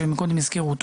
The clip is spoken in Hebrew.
שהזכירו קודם,